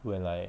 when like